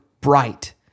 bright